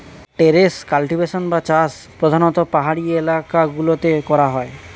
terrace cultivation বা চাষ প্রধানতঃ পাহাড়ি এলাকা গুলোতে করা হয়